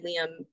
Liam